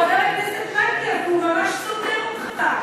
חבר הכנסת מקלב, הוא ממש סותר אותך.